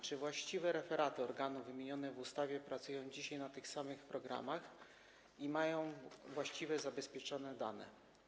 Czy właściwe referaty organów wymienione w ustawie pracują dzisiaj na tych samych programach i mają właściwie zabezpieczone dane?